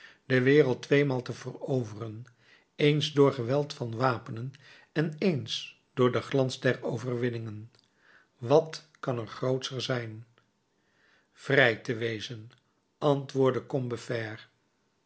de wereld tweemaal te veroveren eens door geweld van wapenen en eens door den glans der overwinningen wat kan er grootscher zijn vrij te wezen antwoordde